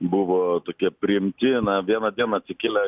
buvo tokia priimti na vieną dieną atsikėlę